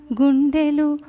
gundelu